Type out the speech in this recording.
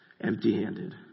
empty-handed